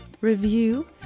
review